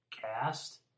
cast